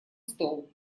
стол